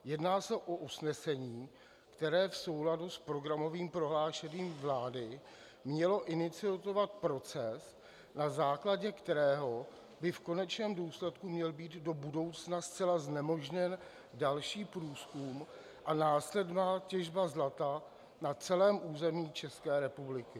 Jedná se o usnesení, které v souladu s programovým prohlášením vlády mělo iniciovat proces, na základě kterého by v konečném důsledku měl být do budoucna zcela znemožněn další průzkum a následná těžba zlata na celém území České republiky.